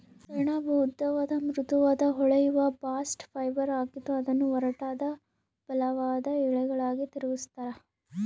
ಸೆಣಬು ಉದ್ದವಾದ ಮೃದುವಾದ ಹೊಳೆಯುವ ಬಾಸ್ಟ್ ಫೈಬರ್ ಆಗಿದ್ದು ಅದನ್ನು ಒರಟಾದ ಬಲವಾದ ಎಳೆಗಳಾಗಿ ತಿರುಗಿಸ್ತರ